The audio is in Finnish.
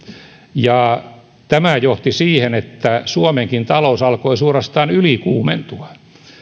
ja tämä johti siihen että suomenkin talous alkoi suorastaan ylikuumentua